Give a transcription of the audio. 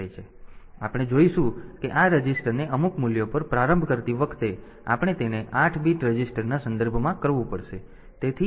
તેથી આપણે જોઈશું કે આ રજિસ્ટરને અમુક મૂલ્યો પર પ્રારંભ કરતી વખતે આપણે તેને 8 બીટ રજીસ્ટરના સંદર્ભમાં કરવું પડશે